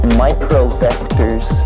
micro-vectors